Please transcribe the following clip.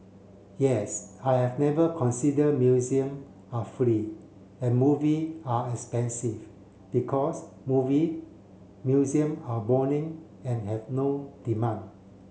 yes I've never consider museum are free and movie are expensive because movie museum are boring and have no demand